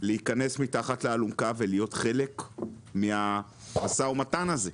להיכנס מתחת לאלונקה ולהיות חלק מהמו"מ הזה.